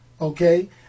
Okay